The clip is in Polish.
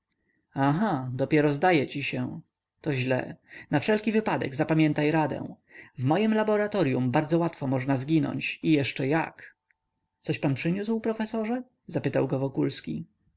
aha dopiero zdaje ci się to źle na wszelki wypadek zapamiętaj radę w mojem laboratoryum bardzo łatwo można zginąć i jeszcze jak coś pan przyniósł profesorze zapytał go wokulski